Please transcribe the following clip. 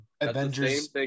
Avengers